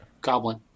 Goblin